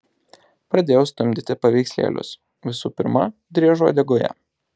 pradėjau stumdyti paveikslėlius visų pirma driežo uodegoje